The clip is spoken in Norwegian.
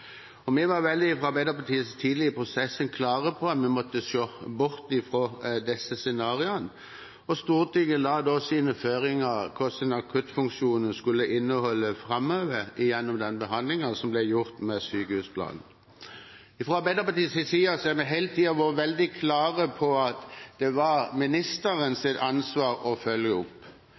Arbeiderpartiets side var tidlig veldig klar over at vi måtte se bort fra disse scenarioene, og Stortinget la da sine føringer for hva akuttfunksjonene skulle inneholde framover gjennom behandlingen av sykehusplanen. Fra Arbeiderpartiets side har vi hele tiden vært veldig klare på at det var ministerens ansvar å følge opp.